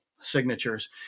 signatures